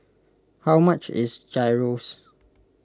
how much is Gyros